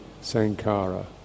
Sankara